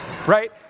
Right